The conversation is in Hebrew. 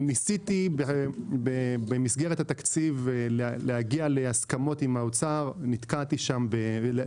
ניסיתי במסגרת התקציב להגיע להסכמות עם האוצר להביא